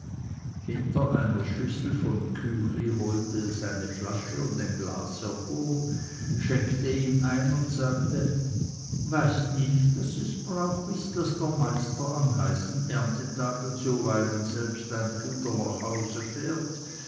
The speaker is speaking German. hinter einer schüssel voll küchli holte es eine flasche und ein glas her vor schenkte ihm ein und sagte weißt nicht daß es brauch ist daß der meister an heißen erntetagen zuweilen selbst ein fuder nach hause fährt